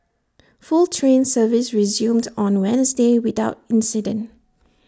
full train service resumed on Wednesday without incident